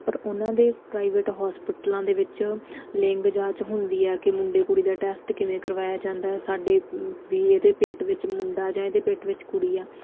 ਪਰ ਉਹਨਾਂ ਦੇ ਪ੍ਰਾਈਵੇਟ ਹੌਸਪੀਟਲਾਂ ਦੇ ਵਿੱਚ ਲਿੰਗ ਜਾਂਚ ਹੁੰਦੀ ਆ ਕਿ ਮੁੰਡੇ ਕੁੜੀ ਦਾ ਟੈਸਟ ਕਿਵੇਂ ਕਰਵਾਇਆ ਜਾਂਦਾ ਸਾਡੇ ਵੀ ਇਹਦੇ ਪੇਟ ਵਿੱਚ ਮੁੰਡਾ ਜਾਂ ਇਹਦੇ ਪੇਟ ਵਿੱਚ ਕੁੜੀ ਆ